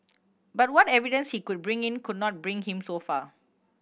but what evidence he could bring in could not bring him so far